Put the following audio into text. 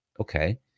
okay